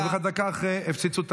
אבל אני אומר לך שדקה אחרי הפציצו את